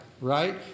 right